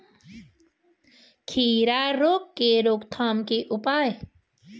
खीरा रोग के रोकथाम के उपाय?